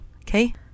okay